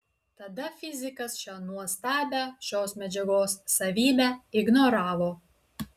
tada fizikas šią nuostabią šios medžiagos savybę ignoravo